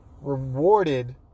rewarded